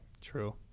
true